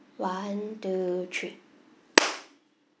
one two three